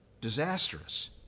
Disastrous